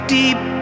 deep